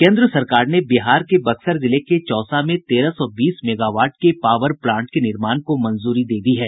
केन्द्र सरकार ने बिहार के बक्सर जिले के चौसा में तेरह सौ बीस मेगावाट के पावर प्लांट के निर्माण को मंजूरी दे दी है